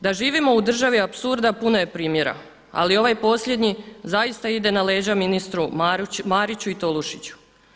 Da živimo u državi apsurda puno je primjera, ali ovaj posljednji zaista ide na leđa ministru Mariću i Tolušiću.